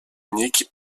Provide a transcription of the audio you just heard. unique